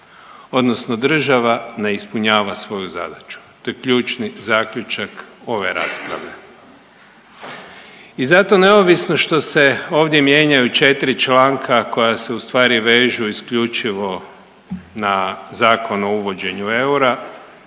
odnosno država ne ispunjava svoju zadaću. To je ključni zaključak ove rasprave. I zato neovisno što se ovdje mijenjaju 4 članka koja se u stvari vežu isključivo na Zakon o uvođenju eura